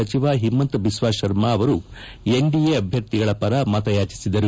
ಸಚಿವ ಹಿಮಂತಬಿಸ್ವಾ ಶರ್ಮ ಅವರು ಎನ್ಡಿಎ ಅಭ್ಯರ್ಥಿಯ ಪರ ಮತ ಯೊಚಿಸಿದರು